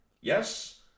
Yes